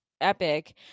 epic